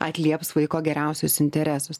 atlieps vaiko geriausius interesus